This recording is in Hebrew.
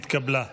נתקבלה.